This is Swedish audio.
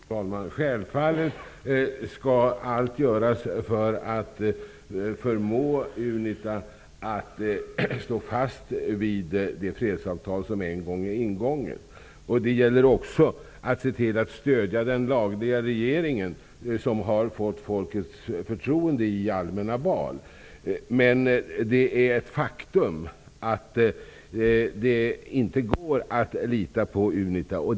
Fru talman! Självfallet skall allt göras för att förmå UNITA att stå fast vid det fredsavtal som en gång är ingånget. Det gäller också att stödja den lagliga regeringen som har fått folkets förtroende i allmänna val. Det är dock ett faktum att det inte går att lita på UNITA.